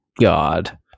God